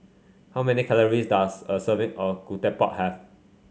how many calories does a serving of ketupat have